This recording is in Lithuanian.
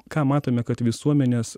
ką matome kad visuomenės